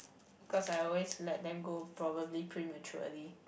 because I always let them go probably prematurely